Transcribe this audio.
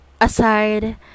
Aside